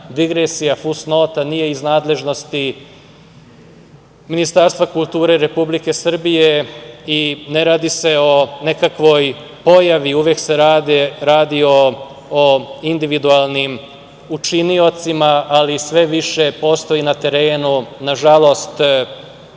digresija, fusnota, nije iz nadležnosti Ministarstva kulture Republike Srbije i ne radi se o nekakvoj pojavi, uvek se radi o individualnim počiniocima, ali sve više postoji na terenu, nažalost,